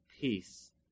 peace